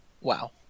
Wow